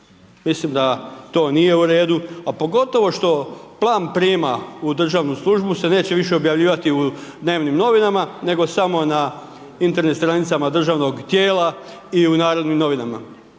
Mislim da to nije u redu, a pogotovo što plan prijema u državnu službu se neće više objavljivati u dnevnim novinama nego samo na internet stranicama državnog tijela i u Narodnim novinama.